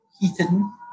Heaton